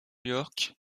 york